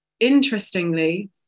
interestingly